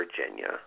Virginia